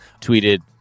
tweeted